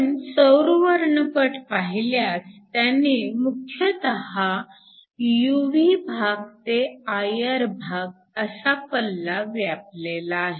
आपण सौर वर्णपट पाहिल्यास त्याने मुख्यतः UV भाग ते IR भाग असा पल्ला व्यापलेला आहे